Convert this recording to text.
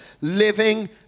living